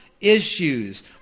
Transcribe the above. Issues